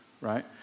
right